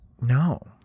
No